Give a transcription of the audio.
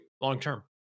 long-term